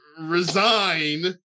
resign